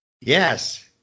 Yes